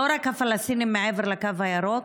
לא רק הפלסטינים מעבר לקו הירוק,